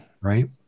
Right